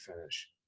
finish